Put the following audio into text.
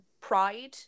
pride